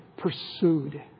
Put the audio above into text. pursued